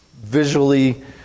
visually